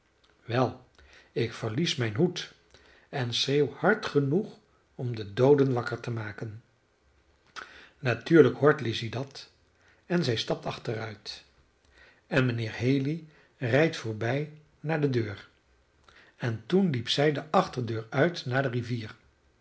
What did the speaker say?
wel ik verlies mijn hoed en schreeuw hard genoeg om de dooden wakker te maken natuurlijk hoort lizzy dat en zij stapt achteruit en mijnheer haley rijdt voorbij naar de deur en toen liep zij de achterdeur uit naar de rivier